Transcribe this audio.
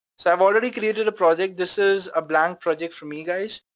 so i've already created a project, this is a blank project for me guys.